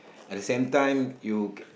at same time you c~